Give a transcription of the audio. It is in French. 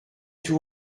tout